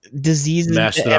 diseases